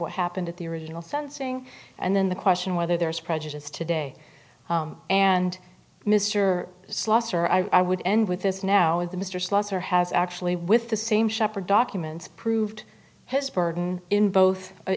what happened at the original sensing and then the question whether there is prejudice today and mr slawson or i would end with this now is the mr slawson or has actually with the same shepherd documents proved his burden in both